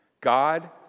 God